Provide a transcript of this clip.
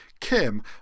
Kim